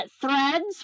Threads